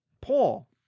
Paul